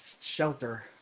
shelter